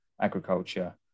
agriculture